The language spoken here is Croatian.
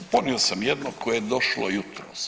Ponio sam jedno koje je došlo jutros.